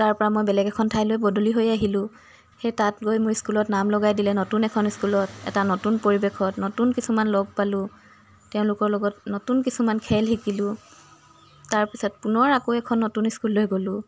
তাৰপৰা মই বেলেগ এখন ঠাইলৈ বদলি হৈ আহিলোঁ সেই তাত গৈ মোক স্কুলত নাম লগাই দিলে নতুন এখন স্কুলত এটা নতুন পৰিৱেশত নতুন কিছুমান লগ পালোঁ তেওঁলোকৰ লগত নতুন কিছুমান খেল শিকিলোঁ তাৰপিছত পুনৰ আকৌ এখন নতুন স্কুললৈ গ'লোঁ